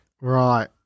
Right